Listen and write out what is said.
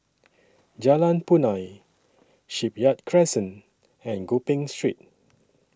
Jalan Punai Shipyard Crescent and Gopeng Street